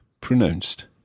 pronounced